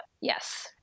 Yes